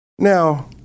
Now